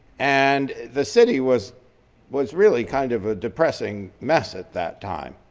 and the city was was really kind of a depressing mess at that time.